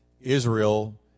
Israel